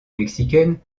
mexicaine